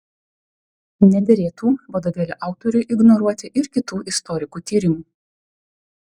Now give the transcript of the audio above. nederėtų vadovėlio autoriui ignoruoti ir kitų istorikų tyrimų